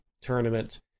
tournament